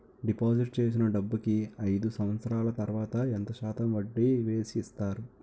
Deposit చేసిన డబ్బుకి అయిదు సంవత్సరాల తర్వాత ఎంత శాతం వడ్డీ వేసి ఇస్తారు?